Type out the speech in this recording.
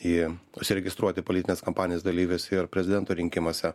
į užsiregistruoti politinės kampanijos dalyvis ir prezidento rinkimuose